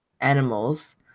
animals